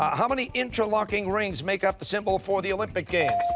ah how many interlocking rings make up the symbol for the olympic games?